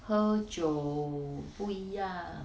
喝酒不一样